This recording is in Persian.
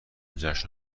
جشن